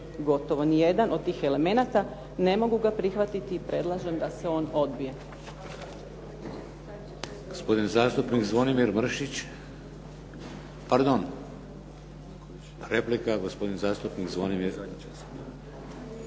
gotovo nijedan od tih elemenata ne mogu ga prihvatiti i predlažem da se on odbije.